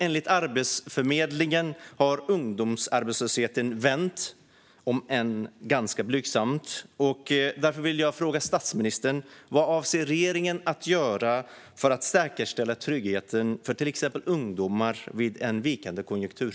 Enligt Arbetsförmedlingen har ungdomsarbetslösheten vänt, om än ganska blygsamt. Därför vill jag fråga statsministern: Vad avser regeringen att göra för att säkerställa tryggheten för exempelvis ungdomar vid en vikande konjunktur?